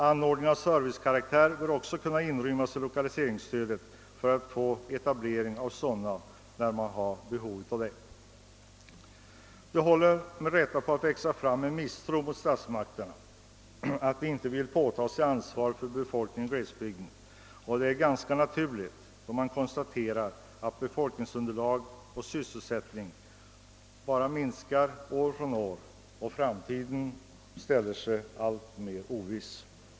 Anordningar av servicekaraktär bör också kunna inrymmas i lokaliseringsstödet, så att sådana anordningar kan komma till stånd där de behövs. Det håller på att växa fram en misstro mot statsmakterna att de inte vill påtaga sig ansvaret för befolkningen i glesbygderna. Detta är ganska naturligt då man kan konstatera att befolkningsunderlag och sysselsättning bara minskar år från år och att framtiden blir alltmer oviss.